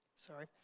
Sorry